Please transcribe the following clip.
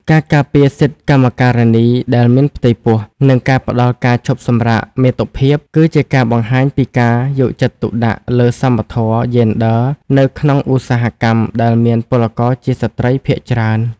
ការការពារសិទ្ធិកម្មការិនីដែលមានផ្ទៃពោះ និងការផ្ដល់ការឈប់សម្រាកមាតុភាព គឺជាការបង្ហាញពីការយកចិត្តទុកដាក់លើសមធម៌យេនឌ័រនៅក្នុងឧស្សាហកម្មដែលមានពលករជាស្ត្រីភាគច្រើន។